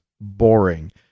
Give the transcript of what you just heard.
boring